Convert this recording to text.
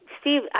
Steve